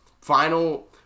final